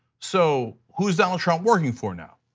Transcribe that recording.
so who is donald trump working for now?